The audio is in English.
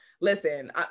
listen